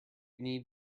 need